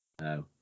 No